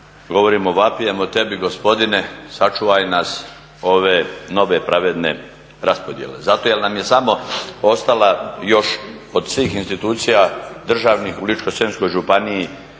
ne razumije./… tebi Gospodine, sačuvaj nas ove nove pravedne raspodjele. Zato jer nam je samo ostala još od svih institucija državnih u Ličko-senjskoj županiji